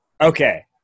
Okay